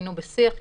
היינו בשיח איתם,